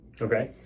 okay